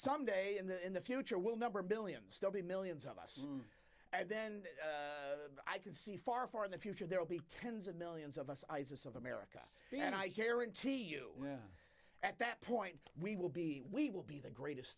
some day in the in the future will number billions still be millions of us and then i can see far far in the future there will be tens of millions of us isis of america and i guarantee you at that point we will be we will be the greatest